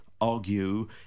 argue